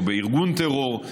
או בארגון טרור.